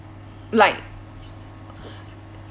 like